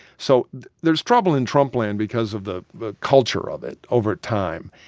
so there's trouble in trump land because of the the culture of it over time,